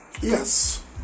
Yes